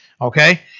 okay